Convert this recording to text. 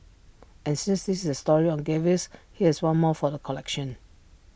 and since this is A story on gaffes here's one more for the collection